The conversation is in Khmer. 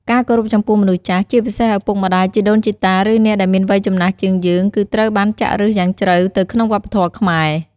ការគោរពចំពោះមនុស្សចាស់ ជាពិសេសឪពុកម្ដាយ ជីដូនជីតា ឬអ្នកដែលមានវ័យចំណាស់ជាងយើង គឺត្រូវបានចាក់ឫសយ៉ាងជ្រៅទៅក្នុងវប្បធម៌ខ្មែរ។